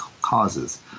causes